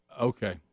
Okay